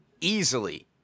easily